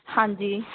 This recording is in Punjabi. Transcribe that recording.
ਹਾਂਜੀ